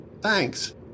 Thanks